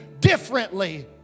differently